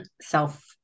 self